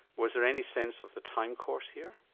was there any sense of the time course here?